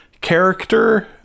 character